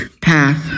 path